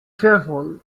fearful